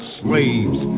slaves